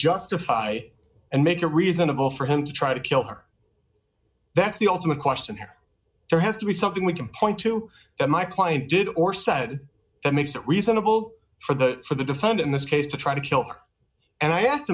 justify and make a reasonable for him to try to kill her that's the ultimate question here there has to be something we can point to that my client did or said that makes it reasonable for the for the defend in this case to try to kill her and i asked